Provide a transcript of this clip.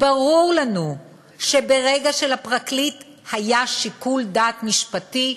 ברור לנו שברגע שלפרקליט היה שיקול דעת משפטי,